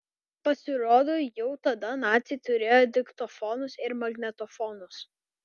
pasirodo jau tada naciai turėjo diktofonus ir magnetofonus